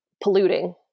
polluting